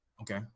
Okay